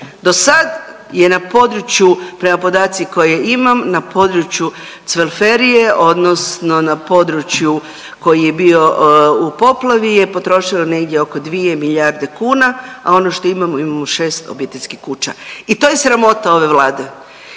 Dosad je na području prema podaci koje imam na području Cvelferije odnosno na području koji je bio u poplavi je potrošeno negdje oko 2 milijarde kuna, a ono što imamo imamo 6 obiteljskih kuća i to je sramota ove Vlade